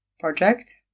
project